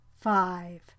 Five